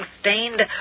stained